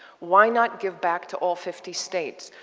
why not give back to all fifty states?